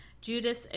Judas